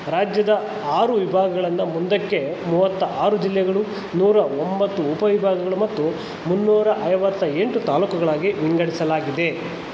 ರಾಜ್ಯದ ಆರು ವಿಭಾಗಗಳನ್ನು ಮುಂದಕ್ಕೆ ಮೂವತ್ತಾರು ಜಿಲ್ಲೆಗಳು ನೂರ ಒಂಬತ್ತು ಉಪವಿಭಾಗಗಳು ಮತ್ತು ಮುನ್ನೂರ ಐವತ್ತ ಎಂಟು ತಾಲ್ಲೂಕುಗಳಾಗಿ ವಿಂಗಡಿಸಲಾಗಿದೆ